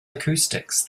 acoustics